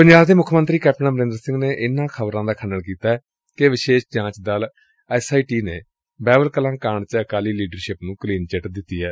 ਪੰਜਾਬ ਦੇ ਮੁੱਖ ਮੰਤਰੀ ਕੈਪਟਨ ਅਮਰੰਦਰ ਸਿੰਘ ਨੇ ਇਨੁਾਂ ਖ਼ਬਰਾਂ ਦਾ ਖੰਡਨ ਕੀਤੈ ਕਿ ਵਿਸ਼ੇਸ਼ ਜਾਂਚ ਦਲ ਐਸ ਆਈ ਟੀ ਨੇ ਬਹਿਬਲ ਕਲਾ ਕਾਡ ਚ ਅਕਾਲੀ ਲੀਡਰਸਿਪ ਨੇ ਕਲੀਨ ਚਿਟ ਦੇ ਦਿੱਡੀ ਏ